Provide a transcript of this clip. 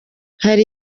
hari